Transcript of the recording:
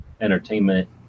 Entertainment